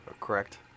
Correct